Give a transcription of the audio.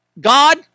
God